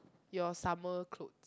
your summer clothes